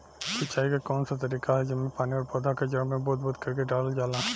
सिंचाई क कउन सा तरीका ह जेम्मे पानी और पौधा क जड़ में बूंद बूंद करके डालल जाला?